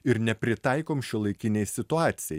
ir nepritaikom šiuolaikinei situacijai